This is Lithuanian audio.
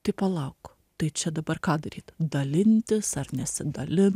tai palauk tai čia dabar ką daryt dalintis ar nesidalint